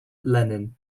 lenin